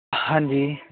ਹਾਂਜੀ